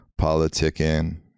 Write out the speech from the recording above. politicking